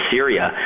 Syria